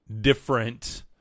different